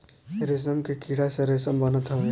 रेशम के कीड़ा से रेशम बनत हवे